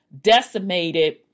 decimated